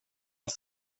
vad